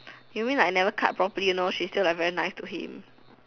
you mean like never cut properly you know like she's just very nice to him